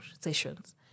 sessions